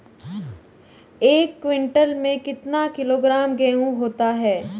एक क्विंटल में कितना किलोग्राम गेहूँ होता है?